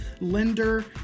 lender